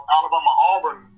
Alabama-Auburn